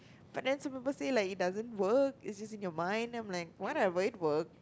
but then some people say like it doesn't work it's just in your mind then I'm like what I'm like to work